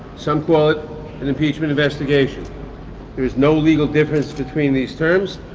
some call it an impeachment investigation. there is no legal difference between these terms.